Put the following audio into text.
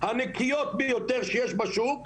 הנקיות ביותר שיש בשוק,